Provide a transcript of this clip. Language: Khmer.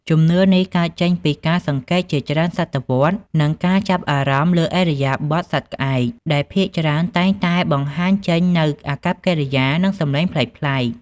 ជំនឿនេះកើតចេញពីការសង្កេតជាច្រើនសតវត្ស និងការចាប់អារម្មណ៍លើឥរិយាបថសត្វក្អែក ដែលភាគច្រើនតែងតែបង្ហាញចេញនូវអាកប្បកិរិយា និងសំឡេងប្លែកៗ។